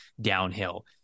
downhill